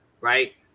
Right